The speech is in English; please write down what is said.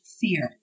fear